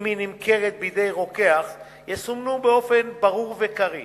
אם היא נמכרת בידי רוקח, יסומנו באופן ברור וקריא